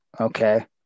okay